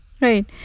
Right